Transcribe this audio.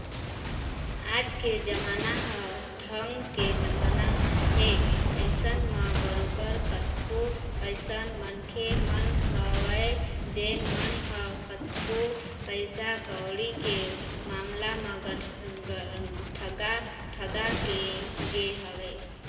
आज के जमाना ह ठग के जमाना हे अइसन म बरोबर कतको अइसन मनखे मन ह हवय जेन मन ह कतको पइसा कउड़ी के मामला म ठगा ठगा गे हवँय